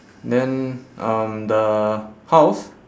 then um the house